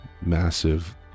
massive